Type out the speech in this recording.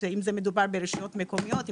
אם זה מדובר ברשויות מקומיות,